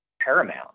paramount